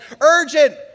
urgent